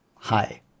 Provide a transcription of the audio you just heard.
Hi